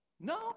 no